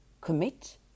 commit